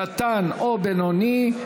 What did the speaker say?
קטן או בינוני),